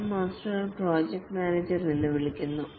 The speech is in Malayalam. സ്ക്രം മാസ്റ്ററെ പ്രോജക്ട് മാനേജർ എന്നും വിളിക്കുന്നു